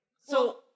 So-